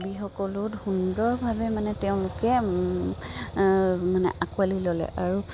কবিসকলেও সুন্দৰভাৱে মানে তেওঁলোকে মানে আঁকোৱালি ল'লে আৰু